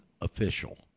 official